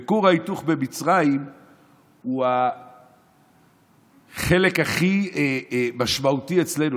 וכור ההיתוך במצרים הוא החלק הכי משמעותי אצלנו,